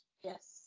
Yes